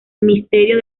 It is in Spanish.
misterio